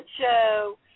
show